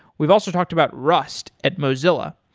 we've also talked about rust at mozilla.